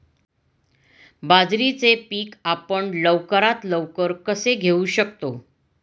बाजरीचे पीक आपण लवकरात लवकर कसे घेऊ शकतो?